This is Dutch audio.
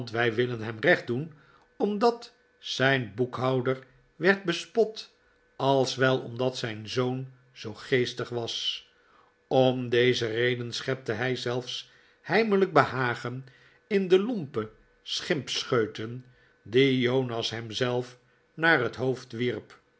wij willen hem recht doen omdat zijn boekhouder werd bespot als wel omdat zijn zoon zoo geestig was om deze reden schepte hij zelfs heimelijk behagen in de lompe schimpscheuten die jonas hem zelf naar het hoofd wjerp